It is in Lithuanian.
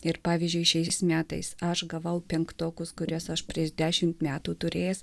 ir pavyzdžiui šiais metais aš gavau penktokus kurias aš prieš dešimt metų turės